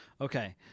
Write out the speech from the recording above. Okay